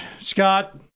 Scott